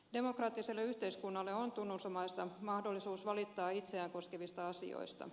demokraattiselle yhteiskunnalle on tunnusomaista mahdollisuus valittaa itseään koskevista asioista